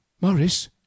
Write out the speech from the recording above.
morris